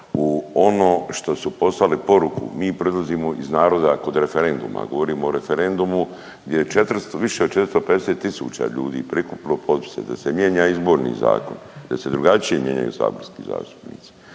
u ono što su poslali poruku, mi .../Govornik se ne razumije./... iz naroda, kod referenduma, govorim o referendumu gdje je 400, više od 450 tisuća ljudi prikupilo potpise da se mijenja izborni zakon, da se drugačije mijenjaju saborski zastupnici,